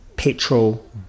petrol